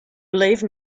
believe